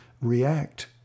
react